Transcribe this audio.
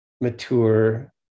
mature